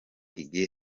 gigi